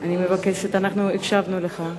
אני מבקשת, אנחנו הקשבנו לך.